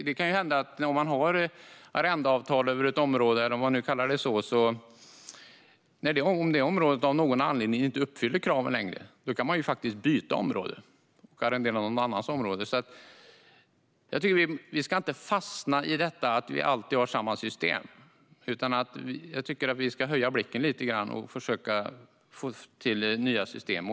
Om man har ett arrendeavtal för ett område och området av någon anledning inte längre uppfyller kraven kan man faktiskt byta område och arrendera någon annans område. Jag tycker inte att vi ska fastna i detta att vi alltid ska ha samma system utan höja blicken lite grann och försöka få fram nya system.